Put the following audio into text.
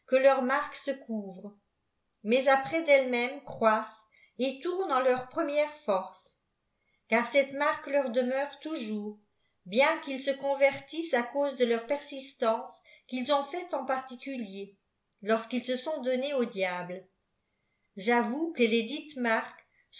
leurs marques se couvrent mais après d'ellesmêmes croissent et tournent en leur première force car cette marque leur demeure toujours bien qu'ils se convertissent à cause de leur persistance qu'ils ont faite en particulier lorsqu'ils e sont donnés au diable j'avoue que lesdites